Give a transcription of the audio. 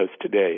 today